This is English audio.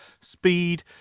speed